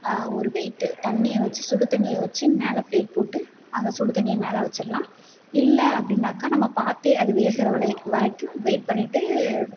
ஒரு வெயிட்டு தண்ணீயை வச்சு சுடுதண்ணீயை வச்சு மேலே பிளேட் போட்டு அந்த சுடுதண்ணீயை மேலே வச்சிடலாம் இல்லை அப்படின்னாக்கா நம்ம பார்த்தே அது வேகிற வரைக்கும் வெயிட் பண்ணிட்டு